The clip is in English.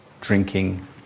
drinking